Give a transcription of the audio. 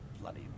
bloody